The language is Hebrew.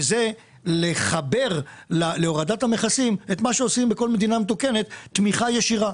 וזה לחבר להורדת המכסים את מה שעושים בכל מדינה מתוקנת - תמיכה ישירה.